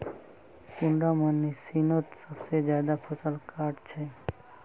कुंडा मशीनोत सबसे ज्यादा फसल काट छै?